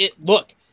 look